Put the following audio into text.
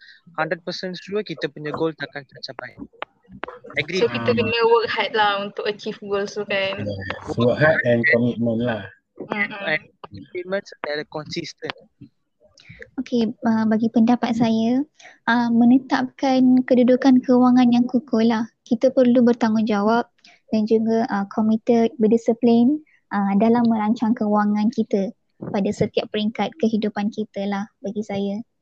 100% sure kita punya goal takkan tercapai. Agree? So, kita Ah. kena work hard lah untuk achieve goals tu kan. Yeah, work hard and commitment lah. Mm-mm. And commitment dan consistent. Okey, ah, bagi pendapat saya, ah, menetapkan kedudukan kewangan yang kukuh lah. Kita perlu bertanggungjawab dan juga, ah, committed, berdisiplin, ah, dalam merancang kewangan kita pada setiap peringkat kehidupan kita lah bagi saya.